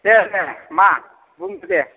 दे दे मा बुंदो दे